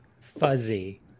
Fuzzy